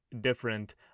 different